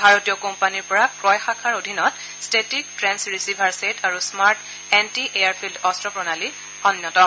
ভাৰতীয় কোম্পানীৰ পৰা ক্ৰয় শাখাৰ অধীনত ট্টেটিক ট্ৰেন্স ৰিচিভাৰ ছেট আৰু স্মাৰ্ট এণ্টি এয়াৰফিল্ড অস্ত্ৰ প্ৰণালী অন্যতম